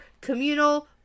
communal